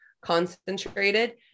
Concentrated